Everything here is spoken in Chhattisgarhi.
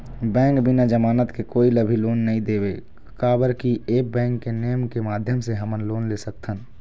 बैंक बिना जमानत के कोई ला भी लोन नहीं देवे का बर की ऐप बैंक के नेम के माध्यम से हमन लोन ले सकथन?